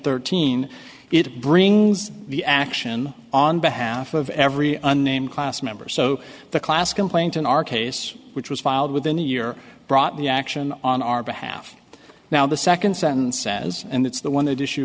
thirteen it brings the action on behalf of every unnamed class member so the class complaint in our case which was filed within the year brought the action on our behalf now the second sentence says and it's the one that issue